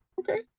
Okay